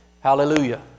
Hallelujah